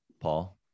Paul